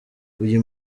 uyu